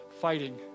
fighting